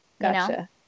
Gotcha